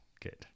good